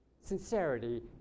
Sincerity